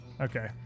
okay